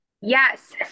Yes